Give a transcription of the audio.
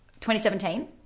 2017